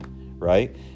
right